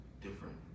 different